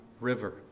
river